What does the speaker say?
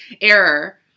Error